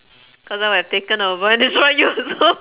cause I would have taken over and destroyed you also